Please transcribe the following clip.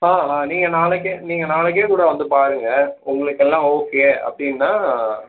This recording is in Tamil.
ஆ ஆ நீங்கள் நாளைக்கே நீங்கள் நாளைக்கே கூட வந்து பாருங்கள் உங்களுக்கு எல்லாம் ஓகே அப்படின்னா